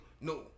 no